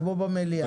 כמו במליאה.